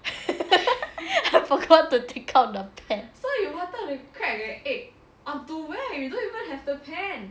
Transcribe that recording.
I forgot to take out the pan so you wanted to crack the egg onto where you don't even have the pan